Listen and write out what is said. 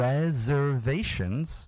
Reservations